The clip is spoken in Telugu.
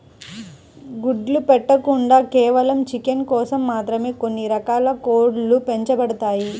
గుడ్లు పెట్టకుండా కేవలం చికెన్ కోసం మాత్రమే కొన్ని రకాల కోడ్లు పెంచబడతాయి